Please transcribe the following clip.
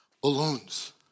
Balloons